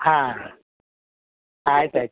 ಹಾಂ ಆಯ್ತು ಆಯ್ತು